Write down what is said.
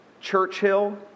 Churchill